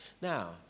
Now